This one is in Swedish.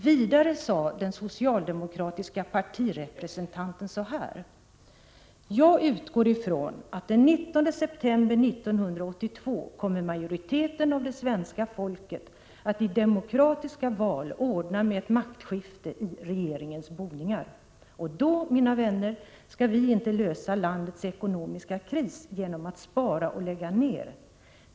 Vidare sade den socialdemokratiska partirepresentanten så här: ”Jag utgår ifrån att den 19 september 1982 kommer majoriteten av det svenska folket att i demokratiska val ordna med ett maktskifte i regeringens boningar. Och då, mina vänner, skall vi inte lösa landets ekonomiska kris genom att spara och lägga ner.